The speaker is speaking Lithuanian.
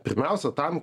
pirmiausia tam